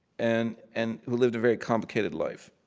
and and who lived a very complicated life.